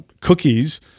cookies –